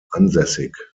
ansässig